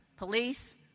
police,